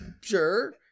sure